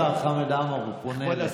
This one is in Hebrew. כבוד השר חמד עמאר, הוא פונה אליך.